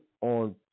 on